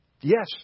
Yes